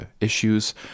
issues